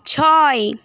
ছয়